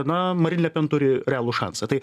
na marin le pen turi realų šansą tai